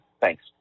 Thanks